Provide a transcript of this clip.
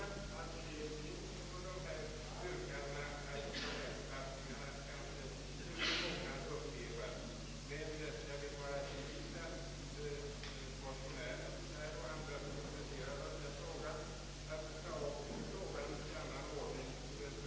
Den frågan svarade inte herr Mossberger på.